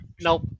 Nope